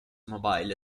mobile